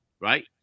Right